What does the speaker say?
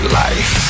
life